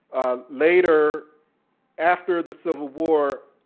later after the civil war,